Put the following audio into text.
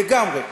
לגמרי.